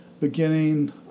beginning